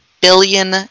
billion